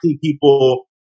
people